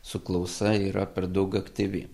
su klausa yra per daug aktyvi